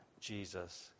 Jesus